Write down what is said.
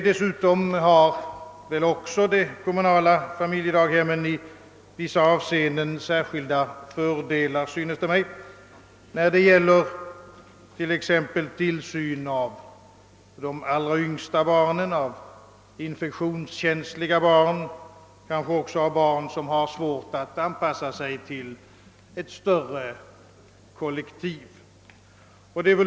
Dessutom synes mig de kommunala familjedaghemmen i vissa avseenden ha särskilda fördelar när det gäller t.ex. tillsyn av de allra yngsta barnen, av infektionskänsliga barn och kanske också av barn som har svårt att anpassa sig till ett större kollektiv.